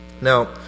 Now